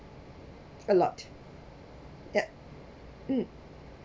a lot yup mm mm